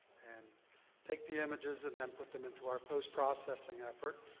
and take the images and then put them into our post-processing effort.